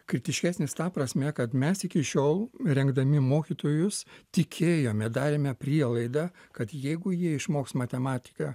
kritiškesnis ta prasme kad mes iki šiol rengdami mokytojus tikėjome darėme prielaidą kad jeigu jie išmoks matematiką